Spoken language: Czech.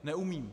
Neumím.